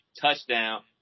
touchdown